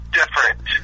different